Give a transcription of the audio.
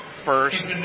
first